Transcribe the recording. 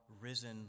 risen